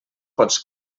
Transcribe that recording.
pots